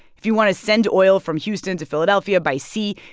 if you want to send oil from houston to philadelphia by sea,